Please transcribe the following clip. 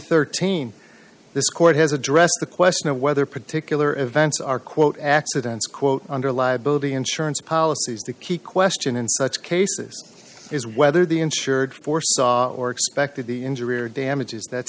thirteen this court has addressed the question of whether particular events are quote accidents quote under liability insurance policies the key question in such cases is whether the insured foresaw or expected the injury or damages that